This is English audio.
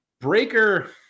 Breaker